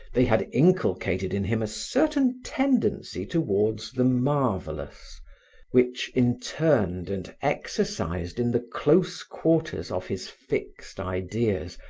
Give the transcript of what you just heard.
they had inculcated in him a certain tendency towards the marvelous which, interned and exercised in the close quarters of his fixed ideas,